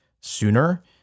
sooner